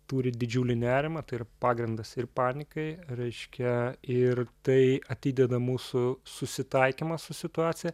turi didžiulį nerimą tai yra pagrindas ir panikai reiškia ir tai atideda mūsų susitaikymą su situacija